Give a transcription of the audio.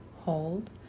hold